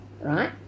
right